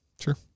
Sure